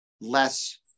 less